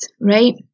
right